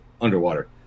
underwater